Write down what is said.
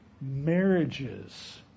marriages